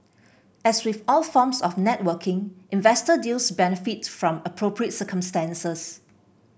as with all forms of networking investor deals benefit from appropriate circumstances